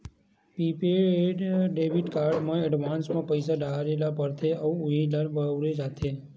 prepaid debit card म advance म पइसा डारे ल परथे अउ उहीं ल बउरे जाथे